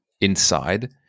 inside